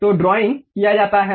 तो ड्राइंग किया जाता है